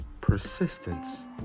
persistence